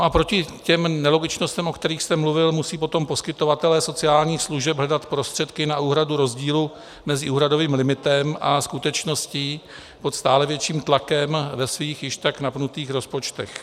A proti těm nelogičnostem, o kterých jste mluvil, musí potom poskytovatelé sociálních služeb hledat prostředky na úhradu rozdílu mezi úhradovým limitem a skutečností pod stále větším tlakem ve svých již tak napnutých rozpočtech.